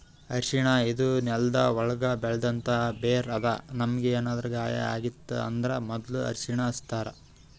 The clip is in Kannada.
ಅರ್ಷಿಣ ಇದು ನೆಲ್ದ ಒಳ್ಗ್ ಬೆಳೆಂಥ ಬೇರ್ ಅದಾ ನಮ್ಗ್ ಏನರೆ ಗಾಯ ಆಗಿತ್ತ್ ಅಂದ್ರ ಮೊದ್ಲ ಅರ್ಷಿಣ ಹಚ್ತಾರ್